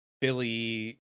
Billy